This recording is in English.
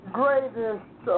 greatest